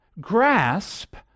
grasp